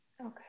Okay